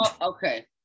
Okay